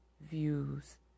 views